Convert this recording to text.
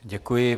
Děkuji.